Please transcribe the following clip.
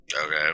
Okay